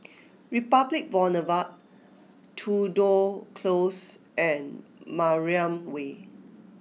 Republic Boulevard Tudor Close and Mariam Way